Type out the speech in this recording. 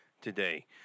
today